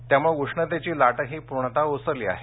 त्यामुळे उष्णतेची लाटही पूर्णतः ओसरली आहे